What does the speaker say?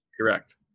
Correct